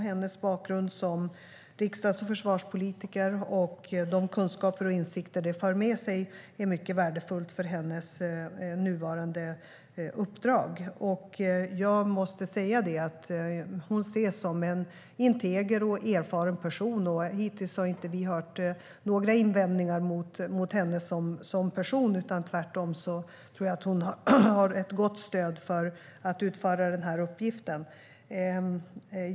Hennes bakgrund som riksdags och försvarspolitiker med de kunskaper och insikter det för med sig är mycket värdefull för hennes nuvarande uppdrag. Jag måste säga att hon ses som en erfaren person med integritet. Hittills har vi inte hört några invändningar mot henne som person - tvärtom tror jag att hon har ett gott stöd för att utföra den här uppgiften.